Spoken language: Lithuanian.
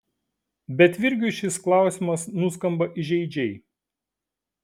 bet virgiui šis klausimas nuskamba įžeidžiai